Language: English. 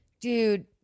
dude